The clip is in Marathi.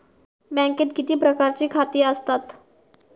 बँकेत किती प्रकारची खाती आसतात?